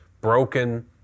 broken